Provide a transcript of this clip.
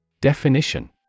Definition